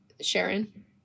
sharon